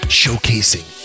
showcasing